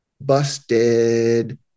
busted